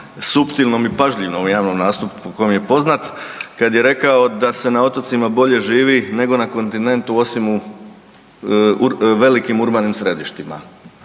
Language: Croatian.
suptilnom i pažljivom javnom nastupu koji vam je poznat kad je rekao da se na otocima bolje živi nego na kontinentu osim u velikim urbanim središtima,